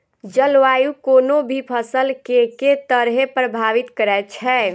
जलवायु कोनो भी फसल केँ के तरहे प्रभावित करै छै?